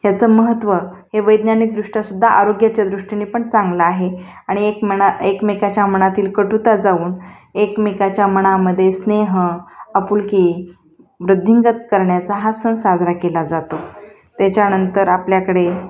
ह्याचं महत्त्व हे वैज्ञानिकदृष्ट्यासुद्धा आरोग्याच्या दृष्टीने पण चांगलं आहे आणि एक मना एकमेकाच्या मनातील कटुता जाऊन एकमेकाच्या मनामध्ये स्नेह आपुलकी वृद्धिंगत करण्याचा हा सण साजरा केला जातो त्याच्यानंतर आपल्याकडे